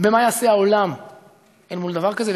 במה יעשה העולם אל מול דבר כזה,